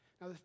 Now